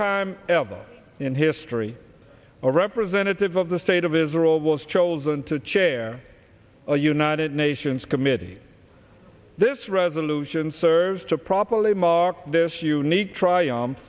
time ever in history a representative of the state of israel was chosen to chair a united nations committee this resolution serves to properly mark this unique tr